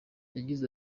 yagize